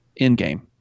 endgame